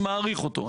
אני מעריך אותו.